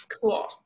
Cool